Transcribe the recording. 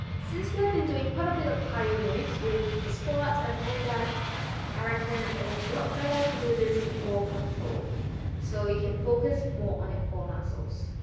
since we have been doing quite a bit of cardio moves with the squats and all that i reckon it is a lot better to do this more controlled so you can focus more on your core muscles